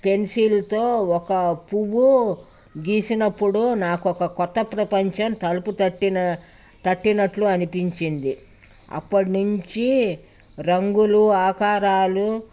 పెన్సిల్తో ఒక పువ్వు గీసినప్పుడు నాకు ఒక కొత్త ప్రపంచం తలుపు తట్టిన తట్టినట్లు అనిపించింది అప్పటినుంచి రంగులు ఆకారాలు